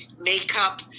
makeup